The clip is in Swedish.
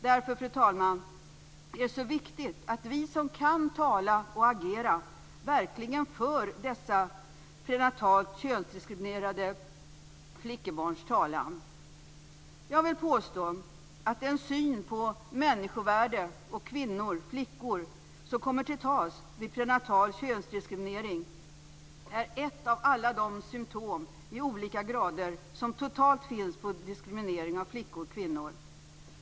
Därför, fru talman, är det så viktigt att vi som kan tala och agera verkligen för dessa prenatalt könsdiskriminerade flickebarns talan. Jag vill påstå att den syn på människovärde och flickor och kvinnor som kommer till tals vid prenatal könsdiskriminering är ett av alla de symtom av olika grader som totalt finns på diskriminering av flickor och kvinnor.